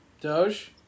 Doge